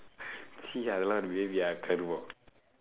!chi! அது எல்லா ஒரு:athu ellaa oru babya கருமம்:karumam